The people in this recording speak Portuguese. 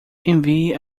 envie